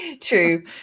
True